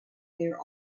their